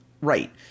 right